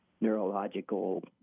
neurological